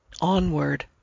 Onward